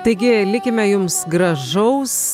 taigi likime jums gražaus